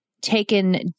taken